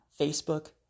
Facebook